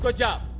but job